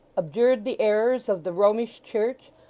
abjured the errors of the romish church,